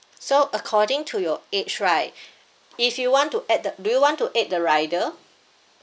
so according to your age right if you want to add the do you want to add the rider